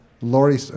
Lori